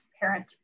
parent